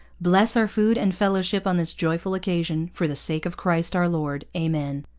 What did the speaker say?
bless our food and fellowship on this joyful occasion, for the sake of christ our lord. amen